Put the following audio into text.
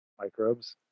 microbes